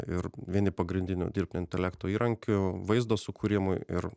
ir vieni pagrindinių dirbtinio intelekto įrankių vaizdo sukūrimui ir